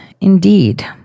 indeed